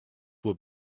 were